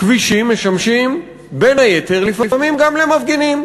כבישים משמשים בין היתר לפעמים גם למפגינים,